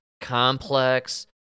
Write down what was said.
complex